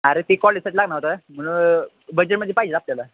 अरे ते कॉलेजसाठी लागणार होता म्हणून बजेटमध्ये पाहिजेल आपल्याला